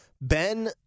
Ben